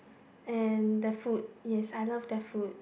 and the food yes I love their food